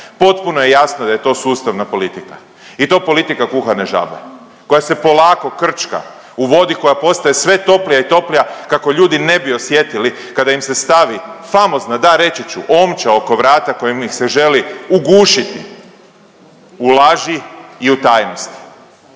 potpuno je jasno da je to sustavna politika i to politika kuhane žabe koja se polako krčka u vodi koja postaje sve toplija i toplija kako ljudi ne bi osjetili kada im se stavi famozna, da, reći ću, omča oko vrata kojom ih se želi ugušiti u laži i u tajnosti.